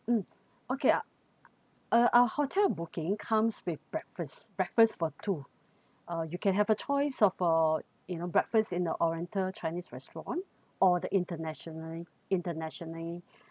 mm okay ah uh our hotel booking comes with breakfast breakfast for two uh you can have a choice of uh you know breakfast in the oriental chinese restaurant or the internationally internationally